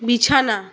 বিছানা